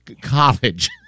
college